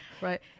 Right